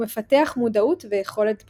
ומפתח מודעות ויכולת בחירה.